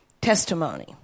testimony